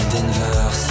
Denver